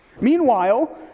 Meanwhile